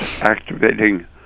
activating